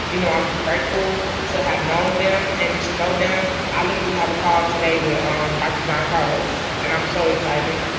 you know, i'm grateful to have known them and to know them. i literally have a call today with um dr. john carlos. and i'm so excited.